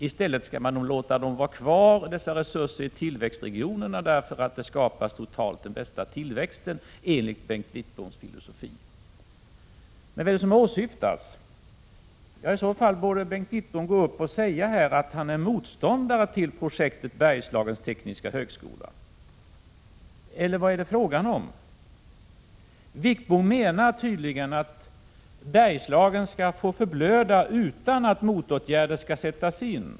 I stället skall man låta dessa resurser vara kvar i tillväxtregionerna, för då skapas totalt den bästa tillväxten, enligt Bengt Wittboms filosofi. Men vad är det som åsyftas? Om detta är Bengt Wittboms inställning borde han gå upp här och säga att han är motståndare till projektet Bergslagens tekniska högskola, eller vad är det fråga om? Bengt Wittbom menar tydligen att Bergslagen skall få förblöda utan att motåtgärder skall sättas in.